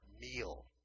meal